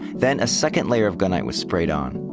then a second layer of gunite was sprayed on.